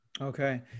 Okay